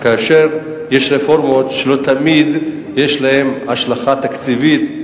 כאשר יש רפורמות שלא תמיד יש להן השלכה תקציבית.